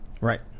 Right